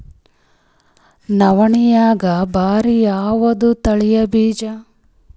ನವಣಿಯಾಗ ಭಾರಿ ಯಾವದ ತಳಿ ಬೀಜ?